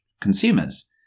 consumers